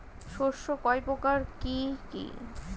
শস্য কয় প্রকার কি কি?